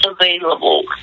available